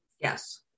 Yes